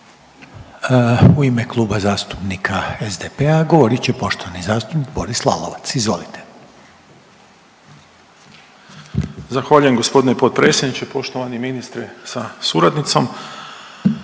U ime Kluba zastupnika SDP-a govorit će poštovani zastupnik Boris Lalovac, izvolite. **Lalovac, Boris (SDP)** Zahvaljujem g. potpredsjedniče. Poštovani ministre sa suradnicom.